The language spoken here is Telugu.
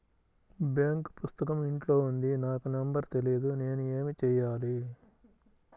బాంక్ పుస్తకం ఇంట్లో ఉంది నాకు నంబర్ తెలియదు నేను ఏమి చెయ్యాలి?